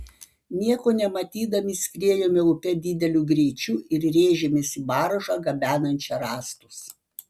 nieko nematydami skriejome upe dideliu greičiu ir rėžėmės į baržą gabenančią rąstus